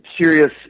serious